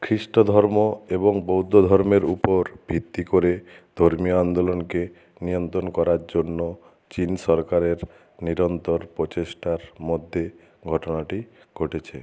খ্রীষ্টধর্ম এবং বৌদ্ধধর্মের উপর ভিত্তি করে ধর্মীয় আন্দোলনকে নিয়ন্ত্রণ করার জন্য চীন সরকারের নিরন্তর প্রচেষ্টার মধ্যে ঘটনাটি ঘটেছে